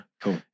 Cool